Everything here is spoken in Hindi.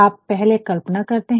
आप पहले कल्पना करते हैं